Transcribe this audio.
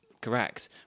correct